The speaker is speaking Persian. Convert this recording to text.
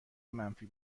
منفی